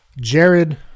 jared